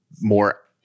more